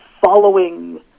following